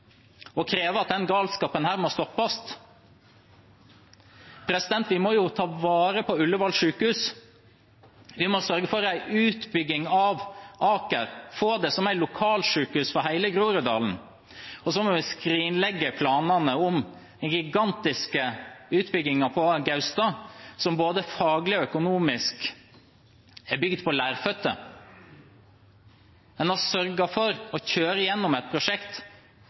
at denne galskapen måtte stoppes. Vi må ta vare på Ullevål sykehus. Vi må sørge for en utbygging av Aker, få det som lokalsykehus for hele Groruddalen, og så må vi skrinlegge planene om den gigantiske utbyggingen på Gaustad, som både faglig og økonomisk er bygd på leirføtter. En har sørget for å kjøre igjennom et prosjekt,